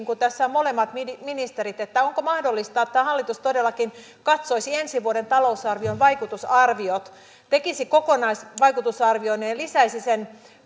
kun tässä on molemmat ministerit onko mahdollista että hallitus todellakin katsoisi ensi vuoden talousarvion vaikutusarviot tekisi kokonaisvaikutusarvion ja lisäisi sen